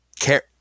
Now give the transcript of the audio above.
care